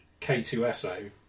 K2SO